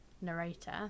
narrator